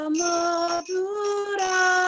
madura